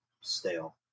stale